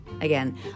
Again